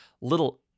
little